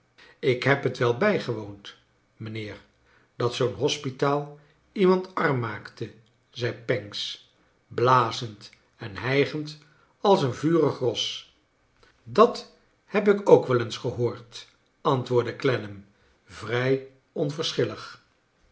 ik heb het wel bijgewoond mijnheer dat zoo'n hospitaal iemand arm maakte zei pancks blazend en hijgend als een vurig ros dat heb ik ook wel eens gehoord antwoordde clennam vrij